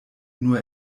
nur